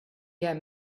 get